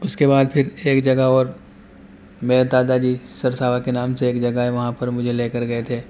اس کے بعد پھر ایک جگہ اور میرے دادا جی سرساوا کے نام سے ایک جگہ ہے وہاں پر مجھے لے کر گئے تھے